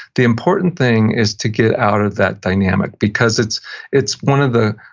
the important thing is to get out of that dynamic, because it's it's one of the,